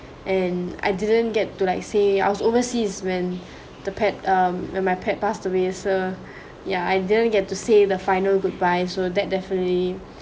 and I didn't get to like say I was overseas when the pet um when my pet passed away so yah I didn't get to say the final goodbye so that definitely